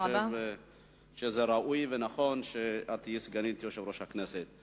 אני חושב שזה ראוי ונכון שתהיי סגנית יושב-ראש הכנסת.